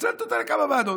מפצלת אותה לכמה ועדות: